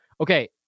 Okay